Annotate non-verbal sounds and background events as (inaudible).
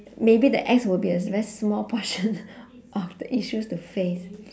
maybe the ex will be a very small portion (laughs) of the issues to face